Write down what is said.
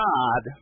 God